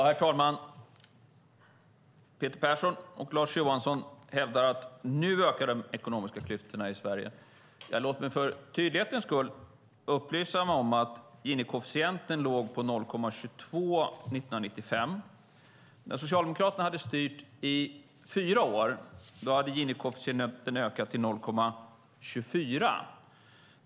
Herr talman! Peter Persson och Lars Johansson hävdar att de ekonomiska klyftorna nu ökar i Sverige. Låt mig för tydlighetens skull upplysa dem om detta: Gini-koefficienten låg på 0,22 år 1995. När Socialdemokraterna hade styrt i fyra år hade Gini-koefficienten ökat till 0,24.